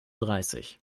dreißig